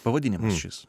pavadinimas šis